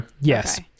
yes